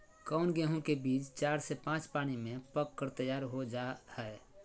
कौन गेंहू के बीज चार से पाँच पानी में पक कर तैयार हो जा हाय?